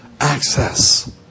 access